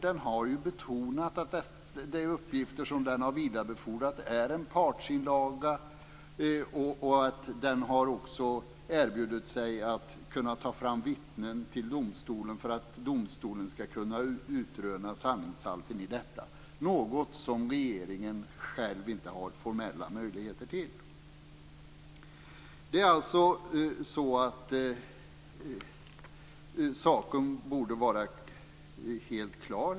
Den har betonat att de uppgifter som den har vidarebefordrat är en partsinlaga. Den har också erbjudit sig att ta fram vittnen till domstolen för att domstolen skall kunna utröna sanningshalten i detta, något som regeringen själv inte har formella möjligheter till. Saken borde alltså vara helt klar.